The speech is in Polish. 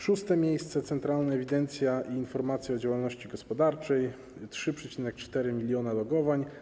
Szóste miejsce: Centralna Ewidencja i Informacja o Działalności Gospodarczej - 3,4 mln logowań.